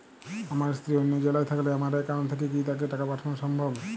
আমার স্ত্রী অন্য জেলায় থাকলে আমার অ্যাকাউন্ট থেকে কি তাকে টাকা পাঠানো সম্ভব?